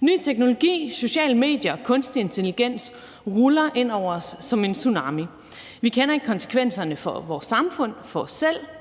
Ny teknologi, sociale medier og kunstig intelligens ruller ind over os som en tsunami. Vi kender ikke konsekvenserne for vores samfund, for os selv